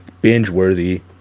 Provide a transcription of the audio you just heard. binge-worthy